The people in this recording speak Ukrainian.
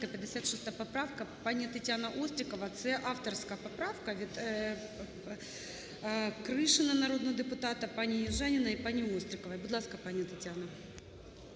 56 поправка, пані Тетяна Острікова. Це авторська поправка від Кришина, народного депутата, пані Южаніної і пані Острікової. Будь ласка, пані Тетяна.